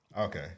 Okay